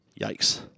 yikes